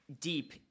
deep